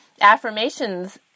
affirmations